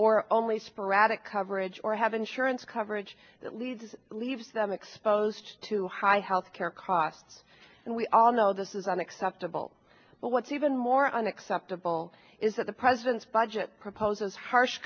or only sporadic coverage or have insurance coverage leads leaves them exposed to high health care costs and we all know this is unacceptable but what's even more unacceptable is that the president's budget proposes harsh